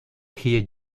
hye